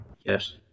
Yes